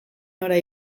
nora